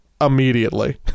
Immediately